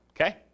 Okay